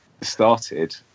started